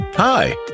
Hi